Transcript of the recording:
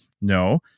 No